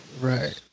Right